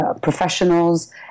professionals